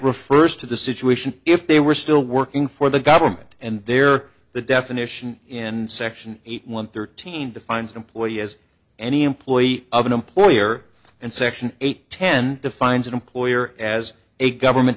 refers to the situation if they were still working for the government and there the definition in section eight one thirteen defines employee as any employee of an employer and section eight ten defines an employer as a government